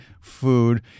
food